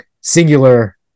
singular